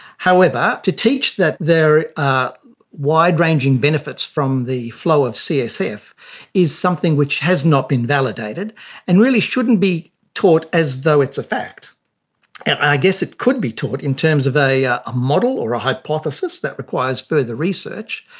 however, to teach that there are wide ranging benefits from the flow of csf is something which has not been validated and really shouldn't be taught as though it's a fact. and i guess it could be taught in terms of a ah a model or a hypothesis that requires further research,